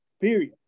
Period